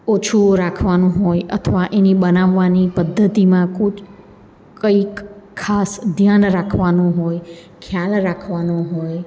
ઓછું રાખવાનું હોય અથવા એની બનાવવાની પદ્ધતિમાં કુછ કંઈક ખાસ ધ્યાન રાખવાનું હોય ખ્યાલ રાખવાનો હોય